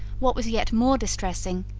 what was yet more distressing,